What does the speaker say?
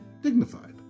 dignified